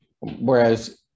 Whereas